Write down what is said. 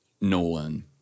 Nolan